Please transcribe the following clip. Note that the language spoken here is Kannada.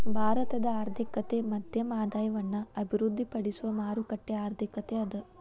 ಭಾರತದ ಆರ್ಥಿಕತೆ ಮಧ್ಯಮ ಆದಾಯವನ್ನ ಅಭಿವೃದ್ಧಿಪಡಿಸುವ ಮಾರುಕಟ್ಟೆ ಆರ್ಥಿಕತೆ ಅದ